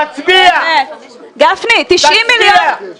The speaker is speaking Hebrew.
--- תצביע, נראה אותך שאתה מצביע.